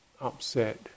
upset